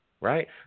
right